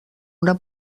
una